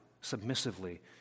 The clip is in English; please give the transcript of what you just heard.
submissively